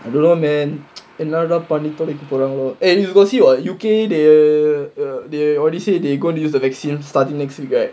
I don't know man என்ன தான் பண்ணி தொலைக்க போறாங்களோ:enna thaan panni tholaikka poraangalo eh you got see what U_K they they already say they're going to use the vaccine starting next week right